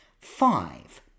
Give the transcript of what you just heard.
Five